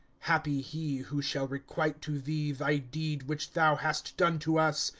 happy he who shall requite to thee, thy deed which thou hast done to us.